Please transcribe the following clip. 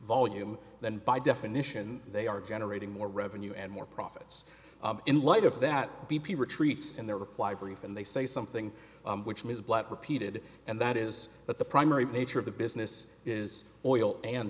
volume then by definition they are generating more revenue and more profits in light of that b p retreats in their reply brief and they say something which ms black repeated and that is that the primary nature of the business is oil and